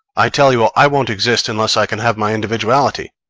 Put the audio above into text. i tell you ah i won't exist unless i can have my individuality.